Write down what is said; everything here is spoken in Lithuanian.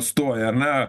stoja na